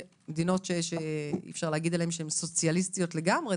מדינות שאי אפשר להגיד עליהן שהן דווקא סוציאליסטיות לגמרי,